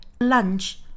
lunch